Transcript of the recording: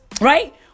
Right